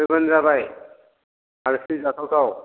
फैबानो जाबाय आलासि जाथाव थाव